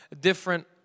different